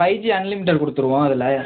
five G unlimited கொடுத்துருவோம் இதில்